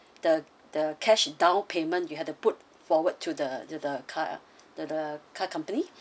the the cash down payment you have to put forward to the to the car to the car company